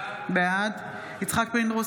בעד יצחק פינדרוס,